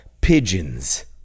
pigeons